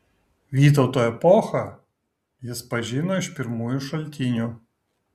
vytauto epochą jis pažino iš pirmųjų šaltinių